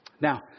Now